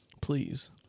Please